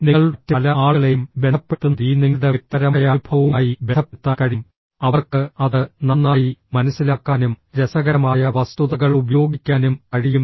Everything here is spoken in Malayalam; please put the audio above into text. നിങ്ങൾ മറ്റ് പല ആളുകളെയും ബന്ധപ്പെടുത്തുന്ന രീതി നിങ്ങളുടെ വ്യക്തിപരമായ അനുഭവവുമായി ബന്ധപ്പെടുത്താൻ കഴിയും അവർക്ക് അത് നന്നായി മനസ്സിലാക്കാനും രസകരമായ വസ്തുതകൾ ഉപയോഗിക്കാനും കഴിയും